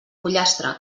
pollastre